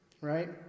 right